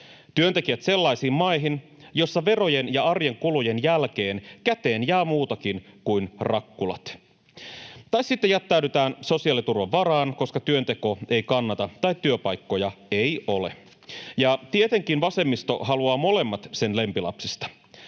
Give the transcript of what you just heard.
työntekijät sellaisiin maihin, joissa verojen ja arjen kulujen jälkeen käteen jää muutakin kuin rakkulat. Tai sitten jättäydytään sosiaaliturvan varaan, koska työnteko ei kannata tai työpaikkoja ei ole. Ja tietenkin vasemmisto haluaa molemmat sen lempilapsista: